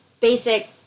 basic